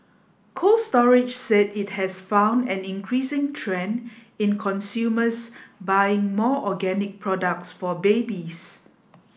Cold Storage said it has found an increasing trend in consumers buying more organic products for babies